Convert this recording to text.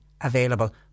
available